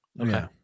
Okay